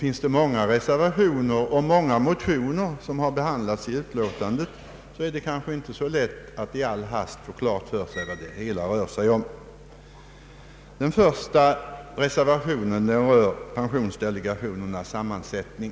Genom att så många reservationer och motioner har behandlats i utskottsutlåtandet är det kanske inte heller så lätt att i all hast bli helt insatt i de olika frågorna. Reservation 1 tar upp pensionsdelegationernas sammansättning.